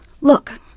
Look